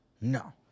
No